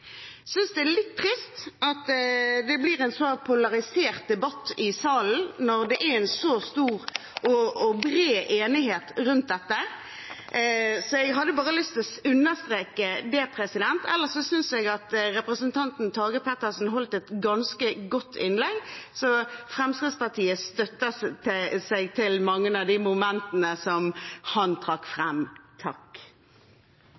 synes det er litt trist at det blir en så polarisert debatt i salen når det er en så stor og bred enighet rundt dette. Jeg hadde bare lyst til å understreke det. Ellers synes jeg representanten Tage Pettersen holdt et ganske godt innlegg. Fremskrittspartiet støtter seg til mange av de momentene han trakk